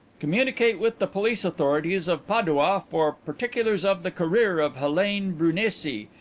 communicate with the police authorities of padua for particulars of the career of helene brunesi,